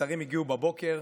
שרים הגיעו בבוקר,